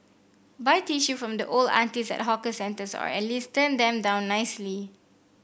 buy tissue from the old aunties at hawker centres or at least turn them down nicely